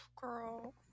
Girl